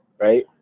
right